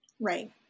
Right